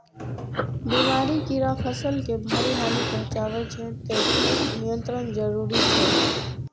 बीमारी, कीड़ा फसल के भारी हानि पहुंचाबै छै, तें कीट नियंत्रण जरूरी छै